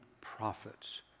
prophets